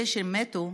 אלה שמתו,